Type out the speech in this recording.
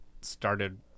started